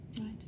Right